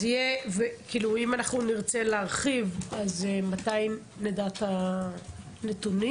אם אנחנו נרצה להרחיב, אז מתי נדע את הנתונים?